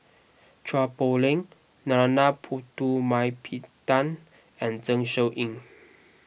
Chua Poh Leng Narana Putumaippittan and Zeng Shouyin